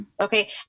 okay